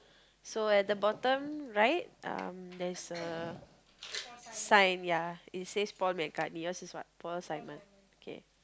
so at the bottom right um there's a sign ya it says Paul-McCartney yours is what Paul-Simon okay